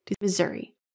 Missouri